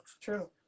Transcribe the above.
true